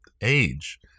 age